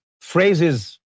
phrases